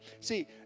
See